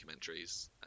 documentaries